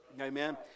Amen